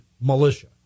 militia